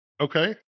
Okay